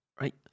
right